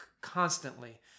constantly